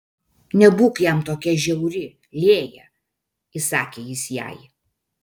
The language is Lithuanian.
nebūk jam tokia žiauri lėja įsakė jis jai